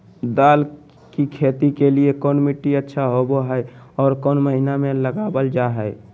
दाल की खेती के लिए कौन मिट्टी अच्छा होबो हाय और कौन महीना में लगाबल जा हाय?